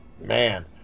man